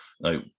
Now